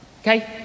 okay